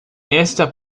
esta